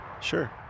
Sure